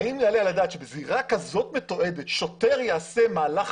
האם יעלה על הדעת שבזירה כזאת מתועדת שוטר יעשה מהלך